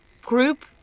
group